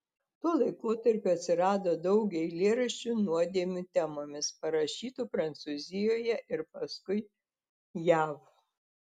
tuo laikotarpiu atsirado daug eilėraščių nuodėmių temomis parašytų prancūzijoje ir paskui jav